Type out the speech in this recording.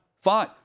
Fine